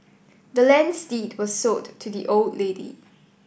the land's deed was sold to the old lady